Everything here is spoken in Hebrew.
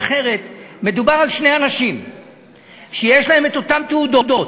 מדובר על שני אנשים שיש להם אותן תעודות,